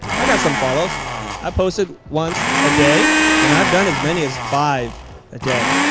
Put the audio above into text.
i got some followers i posted once a day and i've done as many as five a day.